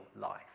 life